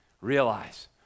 Realize